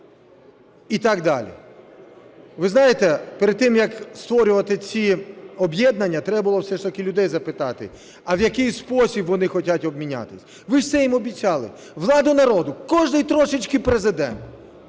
і так далі. Ви знаєте, перед тим, як створювати ці об'єднання, треба було все ж таки людей запити: а в який спосіб вони хочуть обмінятись. Ви ж це їм обіцяли: владу – народу, кожен, трішечки, президент.